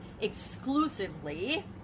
exclusively